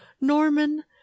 Norman